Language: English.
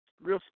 Real